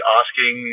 asking